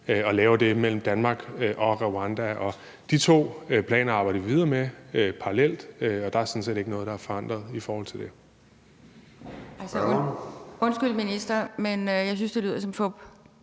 med – mellem Danmark og Rwanda. De to planer arbejder vi videre med parallelt, og der er sådan set ikke noget, der er forandret i forhold til det. Kl. 14:21 Formanden (Søren Gade):